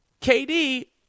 KD